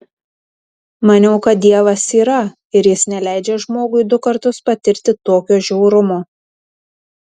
maniau kad dievas yra ir jis neleidžia žmogui du kartus patirti tokio žiaurumo